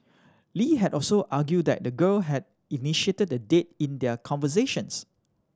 Lee had also argued that the girl had initiated the date in their conversations